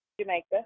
Jamaica